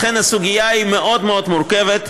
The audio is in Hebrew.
לכן, הסוגיה היא מאוד מאוד מורכבת.